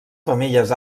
femelles